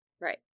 Right